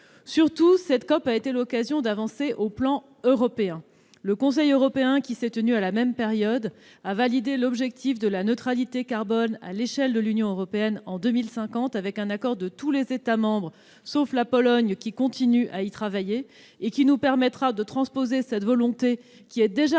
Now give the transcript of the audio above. Surtout, cette COP a été l'occasion d'avancer au niveau européen. Le Conseil européen qui s'est tenu à la même période a validé l'objectif de la neutralité carbone à l'échelle de l'Union européenne en 2050, avec un accord de tous les États membres, sauf de la Pologne- elle continue à y travailler -, ce qui nous permettra de transposer cette volonté, déjà